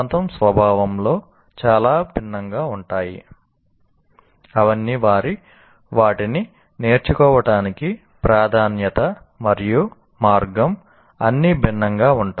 అవన్నీ వారి స్వభావంలో చాలా భిన్నంగా ఉంటాయి వాటిని నేర్చుకోవటానికి ప్రాధాన్యత మరియు మార్గం అన్నీ భిన్నంగా ఉంటాయి